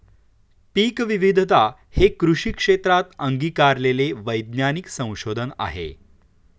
पीकविविधता हे कृषी क्षेत्रात अंगीकारलेले वैज्ञानिक संशोधन आहे